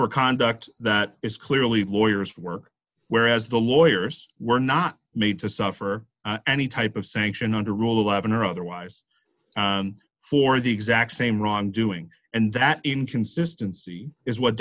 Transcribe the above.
for conduct that is clearly lawyers work whereas the lawyers were not made to suffer any type of sanction under rule eleven or otherwise for the exact same wrongdoing and that inconsistency is what